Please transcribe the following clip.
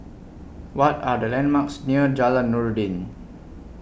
What Are The landmarks near Jalan Noordin